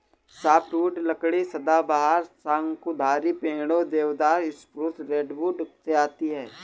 softwood लकड़ी सदाबहार, शंकुधारी पेड़ों, देवदार, स्प्रूस, रेडवुड से आती है